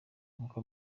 uko